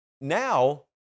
Now